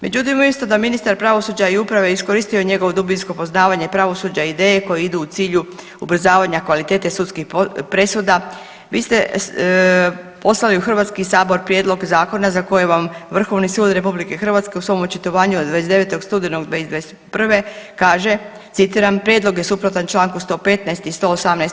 Međutim, umjesto da je ministar pravosuđa i uprave iskoristio njegovo dubinsko poznavanje pravosuđa i ideje koje idu u cilju ubrzavanja kvalitete sudskih presuda vi ste poslali u Hrvatski sabor prijedlog zakona za koje vam Vrhovni sud Republike Hrvatske u svom očitovanju od 29. studenog 2021. kaže citiram: „Prijedlog je suprotan članku 115. i 118.